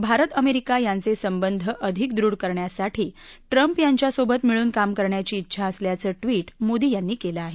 Bharat America यांचे संबंध अधिक दृढ करण्यासाठी ट्रम्प यांच्यासोबत मिळून काम करण्याची उंछा असल्याचं ट्विट मोदी यांनी केलं आहे